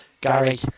Gary